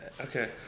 Okay